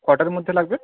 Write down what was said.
কটার মধ্যে লাগবে